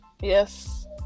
Yes